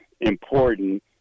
important